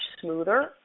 smoother